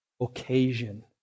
occasion